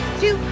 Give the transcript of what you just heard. two